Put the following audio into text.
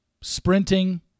sprinting